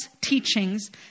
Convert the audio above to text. teachings